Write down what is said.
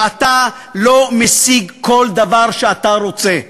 ואתה לא משיג כל דבר שאתה רוצה.